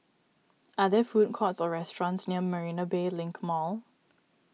are there food courts or restaurants near Marina Bay Link Mall